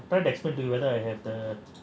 I can't expect this whether